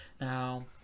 Now